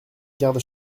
garde